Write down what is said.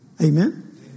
Amen